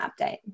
update